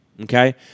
Okay